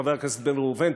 חבר הכנסת בן ראובן,